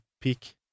pick